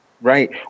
Right